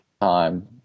time